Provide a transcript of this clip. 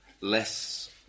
less